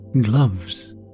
Gloves